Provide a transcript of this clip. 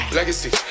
Legacy